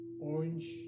orange